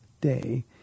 day